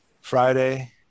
Friday